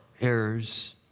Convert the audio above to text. errors